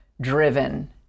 driven